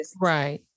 Right